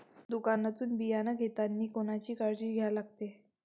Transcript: दुकानातून बियानं घेतानी कोनची काळजी घ्या लागते?